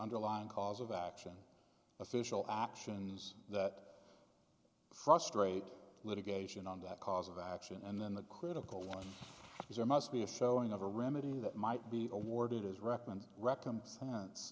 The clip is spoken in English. underlying cause of action official actions that frustrate litigation on that cause of action and then the critical one is or must be a showing of a remedy that might be awarded as recommended recompen